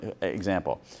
example